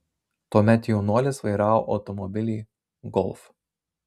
tuomet jaunuolis vairavo automobilį golf